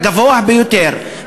הגבוה ביותר,